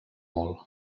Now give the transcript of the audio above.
molt